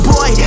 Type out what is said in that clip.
Boy